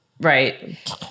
Right